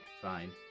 fine